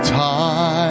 time